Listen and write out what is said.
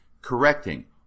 correcting